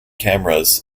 cameras